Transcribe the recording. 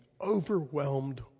overwhelmed